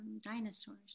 dinosaurs